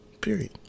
period